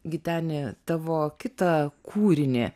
giteni tavo kitą kūrinį